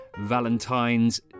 VALENTINES